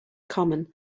common